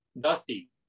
Dusty